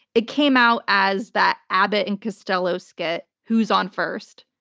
it came out as that abbott and costello skit, who's on first?